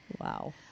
Wow